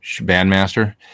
bandmaster